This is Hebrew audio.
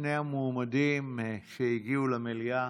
לשני המועמדים שהגיעו למליאה.